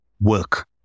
work